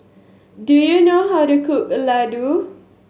do you know how to cook laddu